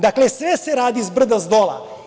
Dakle, sve se radi zbrda-zdola.